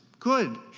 good.